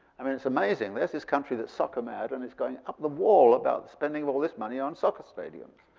i mean it's amazing. there's this country that's soccer mad, and it's going up the wall about spending all this money on a soccer stadium.